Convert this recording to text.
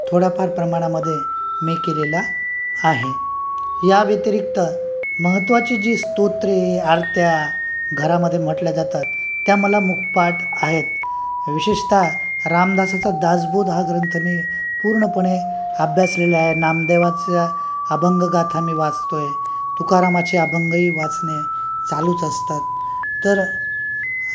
थोड्याफार प्रमाणामध्ये मी केलेला आहे या व्यतिरिक्त महत्त्वाची जी स्तोत्रे आरत्या घरामध्येे म्हटल्या जातात त्या मला मुक पाठ आहेत विशेषताः रामदासाचा दासबोध हा ग्रंथ मी पूर्णपणे आभ्यासलेला आहे नामदेवाच्या अभंगगाथा मी वाचतोय तुकारामाचे अभंगही वाचने चालूच असतात तर